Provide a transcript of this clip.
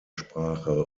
sprache